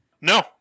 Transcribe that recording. No